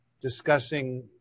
discussing